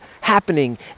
happening